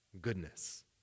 goodness